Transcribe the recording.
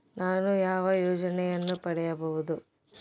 ನಾನು ಯಾವ ಯೋಜನೆಯನ್ನು ಪಡೆಯಬಹುದು?